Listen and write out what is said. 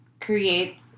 creates